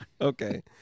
Okay